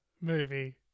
movie